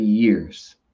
years